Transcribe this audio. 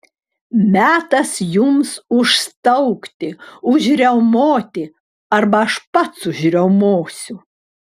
metas jums užstaugti užriaumoti arba aš pats užriaumosiu